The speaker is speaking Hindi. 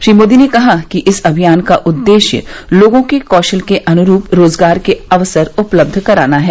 श्री मोदी ने कहा कि इस अभियान का उद्देश्य लोगों के कौशल के अनुरूप रोजगार के अवसर उपलब्ध कराना है